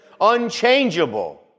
Unchangeable